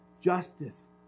justice